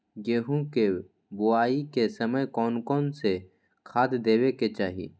गेंहू के बोआई के समय कौन कौन से खाद देवे के चाही?